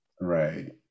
Right